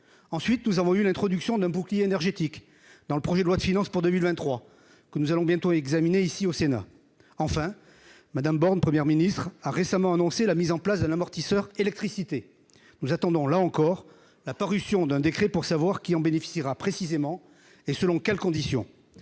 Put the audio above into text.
ensuite, nous avons eu l'introduction d'un bouclier énergétique dans le projet de loi de finances pour 2023 que nous allons bientôt examiner ici au Sénat, enfin madame Borne Première ministre a récemment annoncé la mise en place d'un amortisseur électricité nous attendons, là encore, la parution d'un décret pour savoir qui en bénéficiera, précisément et selon quelles conditions